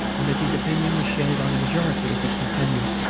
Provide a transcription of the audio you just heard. and that his opinion was shared by the majority of his companions.